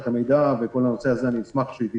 המידע וכל הנושא הזה אני אשמח שהיא תתייחס.